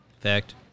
Fact